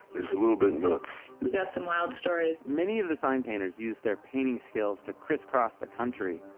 is a little bit nuts we got some wild stories many of the sign painters use their painting skills to crisscross the country.